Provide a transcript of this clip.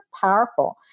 powerful